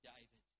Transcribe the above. David